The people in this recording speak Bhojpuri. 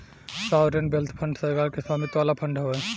सॉवरेन वेल्थ फंड सरकार के स्वामित्व वाला फंड हवे